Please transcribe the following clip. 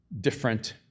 different